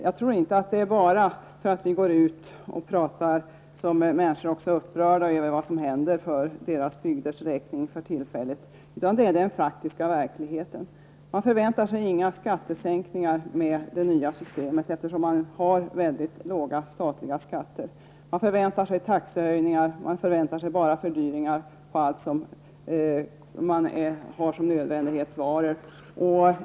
Jag tror inte att det bara är för att vi talar om detta som människor är upprörda över vad som för tillfället händer för deras bygders räkning, utan det är den faktiska verkligheten. Människor förväntar sig inte några skattesänkningar, eftersom de har mycket låga statliga skatter. De förväntar sig taxehöjningar och fördyringar för andra nödvändighetsvaror.